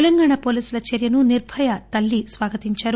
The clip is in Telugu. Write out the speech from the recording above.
తెలంగాణ పోలీసుల చర్యను నిర్బయ తల్లి స్వాగతించారు